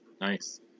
nice